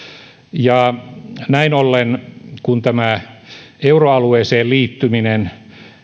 näin ollen kun euroalueeseen liittyminen